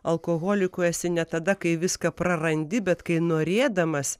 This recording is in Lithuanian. alkoholiku esi ne tada kai viską prarandi bet kai norėdamas